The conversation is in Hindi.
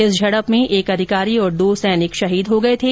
इस झडप में एक अधिकारी और दो सैनिक शहीद हो गए थे